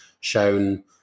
shown